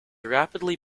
rapidly